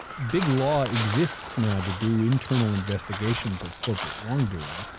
big law exists now to do internal investigations of corporate wrongdoing.